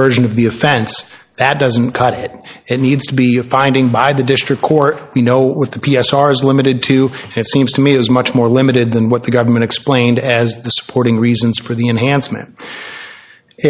version of the offense that doesn't cut it it needs to be a finding by the district court you know with the p s r is limited to it seems to me is much more limited than what the government explained as the supporting reasons for the enhancement